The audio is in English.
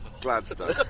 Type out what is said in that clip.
Gladstone